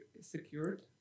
secured